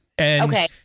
Okay